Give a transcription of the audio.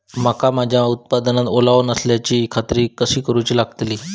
मका माझ्या उत्पादनात ओलावो नसल्याची खात्री कसा करुची लागतली?